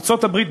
ארצות-הברית,